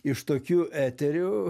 iš tokių eterių